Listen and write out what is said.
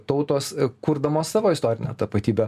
tautos kurdamos savo istorinę tapatybę